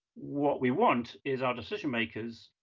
what we want is our decision makers,